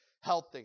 healthy